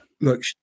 Look